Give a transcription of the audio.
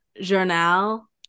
Journal